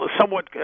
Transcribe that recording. somewhat